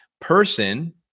person